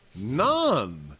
None